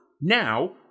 Now